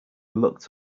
looked